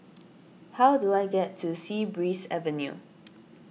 how do I get to Sea Breeze Avenue